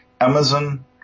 amazon